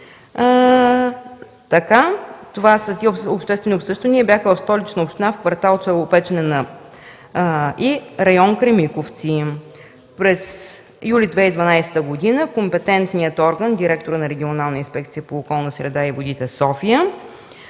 Тези обществени обсъждания бяха в Столична община, в квартал Челопечене и район Кремиковци. През юли 2012 г. компетентният орган – директорът на Регионалната инспекция по околната среда и водите – София,